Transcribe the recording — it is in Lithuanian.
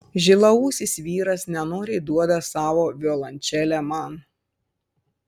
žilaūsis vyras nenoriai duoda savo violončelę man